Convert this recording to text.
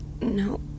No